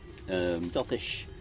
stealthish